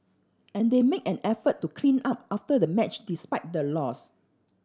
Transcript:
and they made an effort to clean up after the match despite the loss